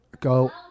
Go